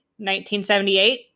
1978